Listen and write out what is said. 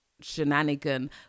shenanigan